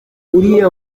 uriya